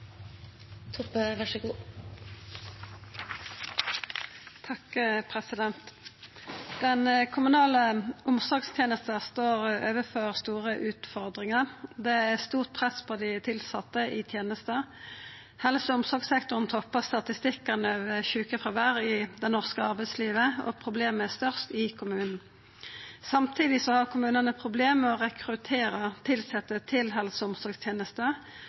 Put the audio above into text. stort press på dei tilsette i tenesta. Helse- og omsorgssektoren toppar statistikkane over sjukefråvær i det norske arbeidslivet, og problemet er størst i kommunane. Samtidig har kommunane problem med å rekruttera tilsette til helse- og